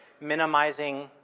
minimizing